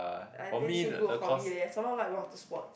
I think is a good hobby leh someone I like water sports